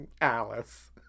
Alice